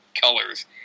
colors